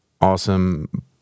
awesome